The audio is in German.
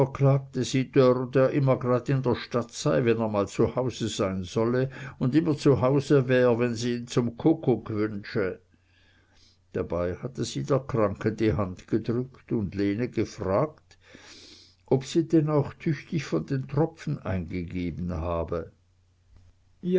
der immer grad in der stadt sei wenn er mal zu hause sein solle und immer zu hause wär wenn sie ihn zum kuckuck wünsche dabei hatte sie der kranken die hand gedrückt und lene gefragt ob sie denn auch tüchtig von den tropfen eingegeben habe